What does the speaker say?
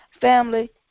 Family